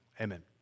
amen